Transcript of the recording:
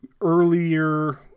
earlier